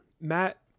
Matt